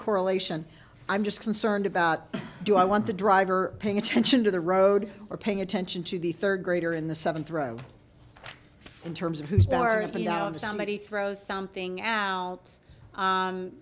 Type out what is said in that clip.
correlation i'm just concerned about do i want the driver paying attention to the road or paying attention to the third grader in the seventh row in terms of somebody throws something out